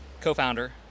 Co-founder